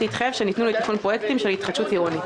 להתחייב שניתנו לתכנון פרויקטים של התחדשות עירונית.